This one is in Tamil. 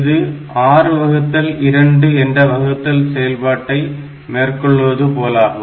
இது 6 வகுத்தல் 2 என்ற வகுத்தல் செயல்பாட்டை மேற்கொள்வதுபோலாகும்